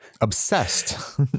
Obsessed